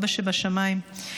אבא שבשמיים.